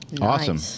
Awesome